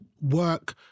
Work